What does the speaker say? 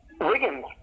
Wiggins